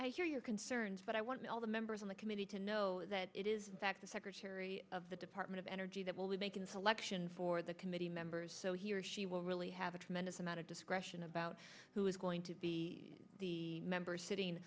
i hear your concerns but i want all the members on the committee to know that it is that the secretary of the department of energy that will be making selection for the committee members so he or she will really have a tremendous amount of discretion about who is going to be the member sitting